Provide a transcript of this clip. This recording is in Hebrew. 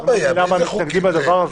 אני לא מבין למה הם מתנגדים לדבר הזה.